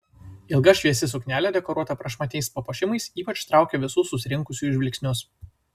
ilga šviesi suknelė dekoruota prašmatniais papuošimais ypač traukė visų susirinkusiųjų žvilgsnius